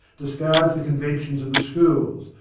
discards the conventions of the schools,